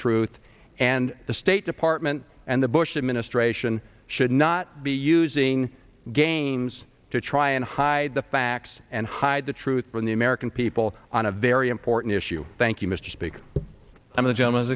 truth and the state department and the bush administration should not be using games to try and hide the facts and hide the truth from the american people on a very important issue thank you mr speaker i'm a gentleman's